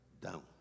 down